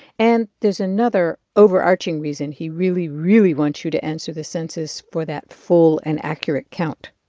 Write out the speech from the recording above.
and there's another overarching reason he really, really wants you to answer the census for that full and accurate count